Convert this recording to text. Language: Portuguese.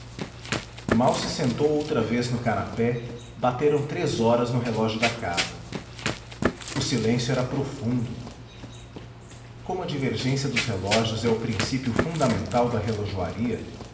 mal se sentou outra vez no canapé bateram três horas no relógio da casa o silêncio era profundo e como a divergência dos relógios é o princípio fundamental da relojoaria